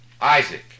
Isaac